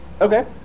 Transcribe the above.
Okay